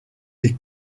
les